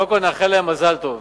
קודם כול נאחל להן מזל טוב.